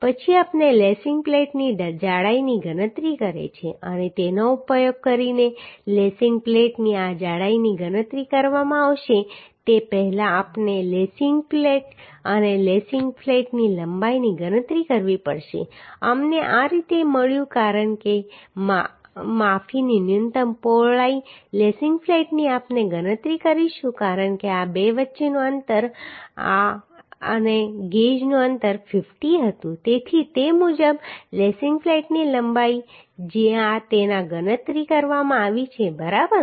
પછી આપણે લેસિંગ પ્લેટની જાડાઈની ગણતરી કરી છે અને તેનો ઉપયોગ કરીને લેસિંગ પ્લેટની આ જાડાઈની ગણતરી કરવામાં આવશે તે પહેલાં આપણે લેસિંગ ફ્લેટ અને લેસિંગ ફ્લેટની લંબાઈની ગણતરી કરવી પડશે અમને આ રીતે મળ્યું કારણ કે માફીની ન્યૂનતમ પહોળાઈ લેસિંગ ફ્લેટની આપણે ગણતરી કરીશું કારણ કે આ બે વચ્ચેનું અંતર આ અને અને ગેજનું અંતર 50 હતું તેથી તે મુજબ લેસિંગ ફ્લેટની લંબાઈ જે આ છે તેની ગણતરી કરવામાં આવી છે બરાબર